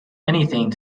anything